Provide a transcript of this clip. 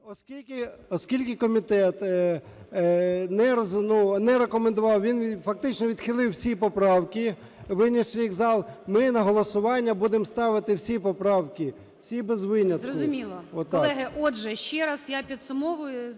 Оскільки комітет не рекомендував, він фактично відхилив всі поправки, виніс їх в зал, ми на голосування будемо ставити всі поправки, всі, без винятку. Отак. ГОЛОВУЮЧИЙ. Зрозуміло. Колеги, отже, ще раз я підсумовую,